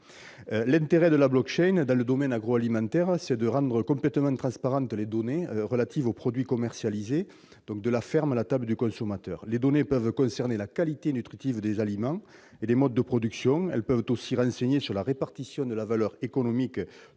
L'intérêt de la dans le domaine agroalimentaire, c'est de rendre complètement transparentes les données relatives aux produits commercialisés, de la ferme à la table du consommateur. Les données peuvent concerner la qualité nutritive des aliments et les modes de production. Elles peuvent aussi renseigner sur la répartition de la valeur économique